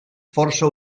força